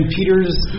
Peter's